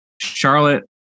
Charlotte